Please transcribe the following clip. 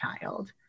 child